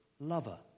lover